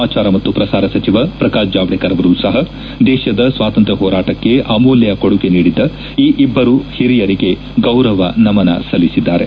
ಸಮಾಚಾರ ಮತ್ತು ಪ್ರಸಾರ ಸಚಿವ ಪ್ರಕಾಶ್ ಜಾವಡೇಕರ್ ಅವರೂ ಸಹ ದೇಶದ ಸ್ವಾತಂತ್ರ್ಯ ಹೋರಾಟಕ್ಕೆ ಅಮೂಲ್ಯ ಕೊಡುಗೆ ನೀಡಿದ್ದ ಈ ಇಬ್ಲರು ಹಿರಿಯರಿಗೆ ಗೌರವ ನಮನ ಸಲ್ಲಿಸಿದ್ದಾರೆ